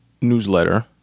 newsletter